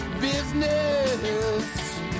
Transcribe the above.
business